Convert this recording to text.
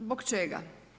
Zbog čega?